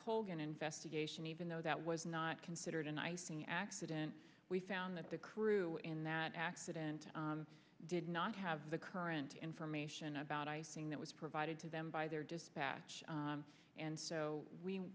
colgan investigation even though that was not considered an icing accident we found that the crew in that accident did not have the current information about icing that was provided to them by their dispatch and so